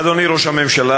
אדוני ראש הממשלה,